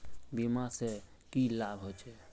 बीमा से की लाभ होचे?